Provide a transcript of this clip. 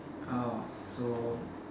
oh so